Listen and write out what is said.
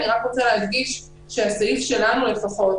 אני רוצה להדגיש שהסעיף שלנו לפחות,